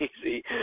easy